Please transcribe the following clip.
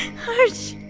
harsh!